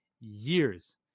years